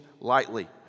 lightly